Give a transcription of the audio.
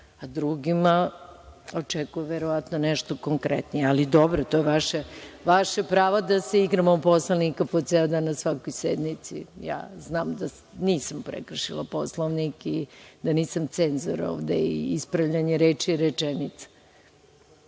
a drugima – očekuju verovatno nešto konkretnije. Ali, dobro, to je vaše pravo da se igramo poslanika po ceo dan na svakoj sednici. Ja znam da nisam prekršila Poslovnik i da nisam cenzor ovde i za ispravljanje reči i rečenica. Odlično